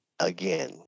again